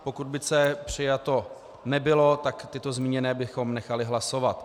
Pokud by C přijato nebylo, tak tyto zmíněné bychom nechali hlasovat.